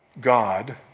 God